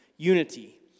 Unity